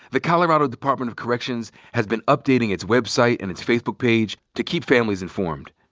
the colorado department of corrections has been updating its website and its facebook page to keep families informed.